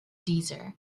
deezer